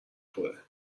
خوره